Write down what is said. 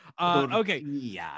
Okay